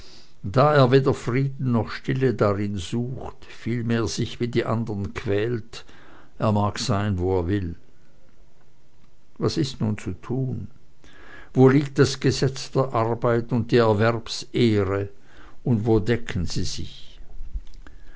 da er weder frieden noch stille darin sucht vielmehr sich wie die anderen quält er mag sein wo er will was ist nun zu tun wo liegt das gesetz der arbeit und die erwerbsehre und wo decken sie sich